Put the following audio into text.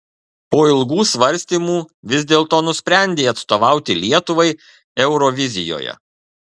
po ilgų svarstymų vis dėlto nusprendei atstovauti lietuvai eurovizijoje